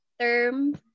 term